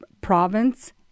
province